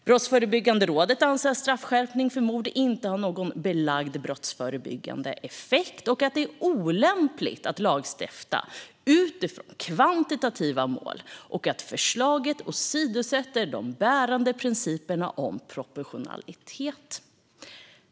Brottsförebyggande rådet anser att straffskärpning för mord inte har någon belagd brottsförebyggande effekt, att det är olämpligt att lagstifta utifrån kvantitativa mål och att förslaget åsidosätter de bärande principerna om proportionalitet.